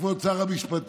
כבוד שר המשפטים.